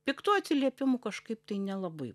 piktų atsiliepimų kažkaip tai nelabai